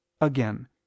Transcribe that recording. Again